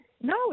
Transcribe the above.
no